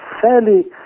fairly